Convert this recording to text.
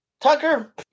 Tucker